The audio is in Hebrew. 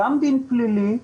גם דין פלילי.